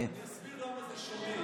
אני אסביר למה זה שונה.